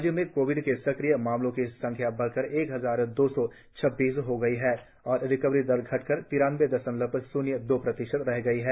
राज्य में कोविड के सक्रिय मामलों की संख्या बढ़कर एक हजार दो सौ छब्बीस हो गई है और रिकवरी दर घटकर तिरानबे दशमलव शून्य दो प्रतिशत रह गई है